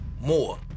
more